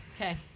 Okay